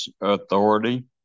authority